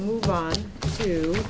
move on to